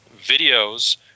videos